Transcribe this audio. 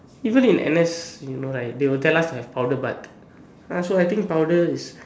even in N_S you know like they will tell us have powder bath ya so I think powder is